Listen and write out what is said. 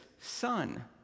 son